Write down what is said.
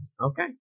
Okay